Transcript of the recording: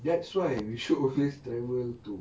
that's why we should always travel to